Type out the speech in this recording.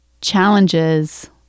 challenges